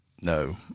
No